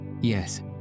Yes